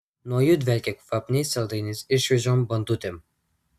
nuo jų dvelkė kvapniais saldainiais ir šviežiom bandutėm